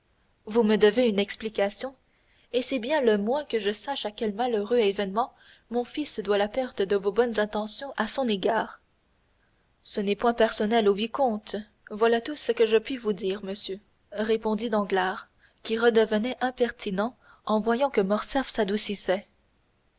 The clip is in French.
vous me devez une explication et c'est bien le moins que je sache à quel malheureux événement mon fils doit la perte de vos bonnes intentions à son égard ce n'est point personnel au vicomte voilà tout ce que je puis vous dire monsieur répondit danglars qui redevenait impertinent en voyant que morcerf s'adoucissait